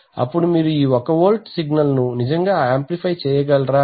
ఇప్పుడు మీరు ఈ 1 వోల్ట్ సిగ్నల్ ను నిజంగా ఆంప్లిఫై చేయగలరా అని